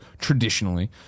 traditionally